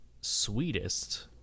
sweetest